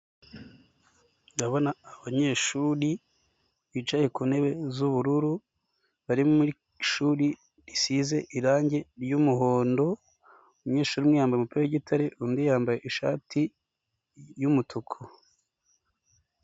Ndabona abanyeshuri bicaye ku ntebe z'ubururu, bari mu ishuri risize irangi ry'umuhondo, umunyeshuri umwe yambaye umupira w'igitare undi yambaye ishati y'umutuku.